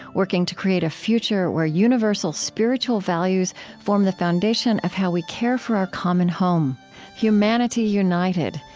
working to create a future where universal spiritual values form the foundation of how we care for our common home humanity united,